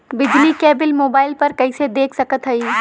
बिजली क bill mobile पर कईसे देख सकत हई?